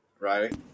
right